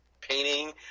painting